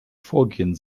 vorgehen